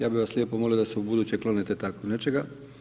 Ja bih vas lijepo molio da se ubuduće klonete tako nečega.